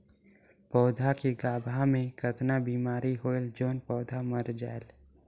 पौधा के गाभा मै कतना बिमारी होयल जोन पौधा मर जायेल?